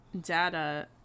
data